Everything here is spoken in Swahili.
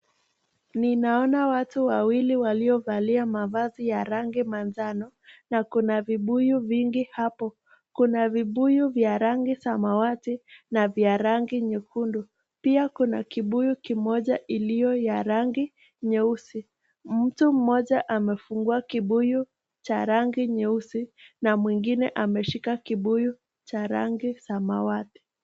Ninaona watu wawili waliovalia mavazi ya rangi manjano, na kuna vibuyu fulani kuna vibuyu vya rangi samawati, na vya rangi nyekundu, pia kuna kibuyu kimoja iliyo ya rangi nyeusi, mtu mmoja mmoja amefungua kibuyu cha rangi nyeusi na mwingine ameshika kibuyu ya rangi samawati.